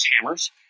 hammers